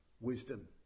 wisdom